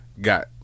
got